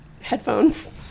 headphones